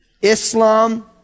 Islam